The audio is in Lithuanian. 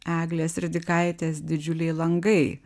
eglės ridikaitės didžiuliai langai